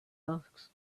asked